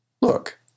Look